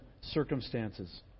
circumstances